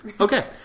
Okay